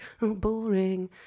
boring